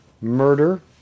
murder